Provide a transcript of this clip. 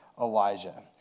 Elijah